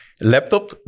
Laptop